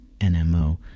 NMO